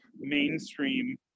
mainstream